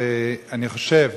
אני חושב